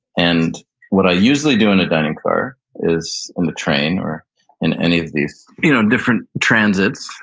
and what i usually do in a dining car is, on the train or in any of these you know different transits,